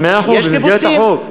מאה אחוז, במסגרת החוק.